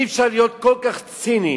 אי-אפשר להיות כל כך ציני,